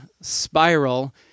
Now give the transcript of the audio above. spiral